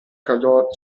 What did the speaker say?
calò